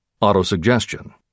Autosuggestion